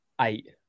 eight